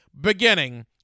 beginning